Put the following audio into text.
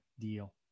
deal